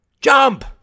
Jump